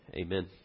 amen